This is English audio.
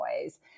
ways